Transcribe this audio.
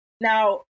Now